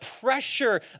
pressure